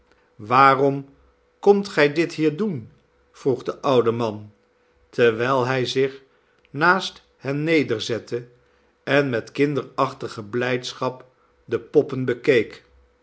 waarom komt gij dit hier doen vroeg de oude man terwijl hij zich naast hen nederzette en met kinderachtige blijdschap de poppen bekeek